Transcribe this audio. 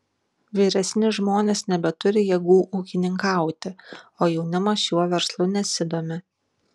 vyresni žmonės nebeturi jėgų ūkininkauti o jaunimas šiuo verslu nesidomi